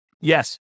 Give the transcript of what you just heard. Yes